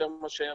יותר מאשר